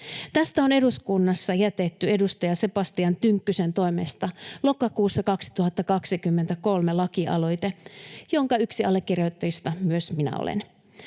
Tästä on eduskunnassa jätetty edustaja Sebastian Tynkkysen toimesta lokakuussa 2023 lakialoite, jonka yksi allekirjoittajista myös minä olen.